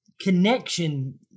connection